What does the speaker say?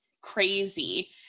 crazy